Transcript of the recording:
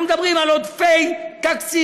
אנחנו מדברים על עודפי תקציב,